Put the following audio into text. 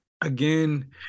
again